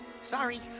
sorry